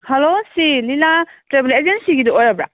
hello ꯁꯤ Lila travel ꯑꯦꯖꯦꯟꯁꯤꯒꯤꯗꯣ ꯑꯣꯏꯔꯕ꯭ꯔꯥ